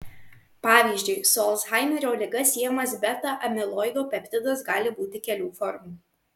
pavyzdžiui su alzhaimerio liga siejamas beta amiloido peptidas gali būti kelių formų